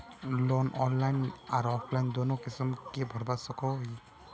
Loan online आर offline दोनों किसम के भरवा सकोहो ही?